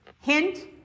Hint